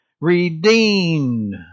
redeemed